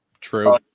True